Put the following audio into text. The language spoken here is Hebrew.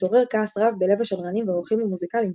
התעורר כעס רב בלב השדרנים והעורכים המוזיקליים,